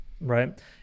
right